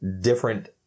different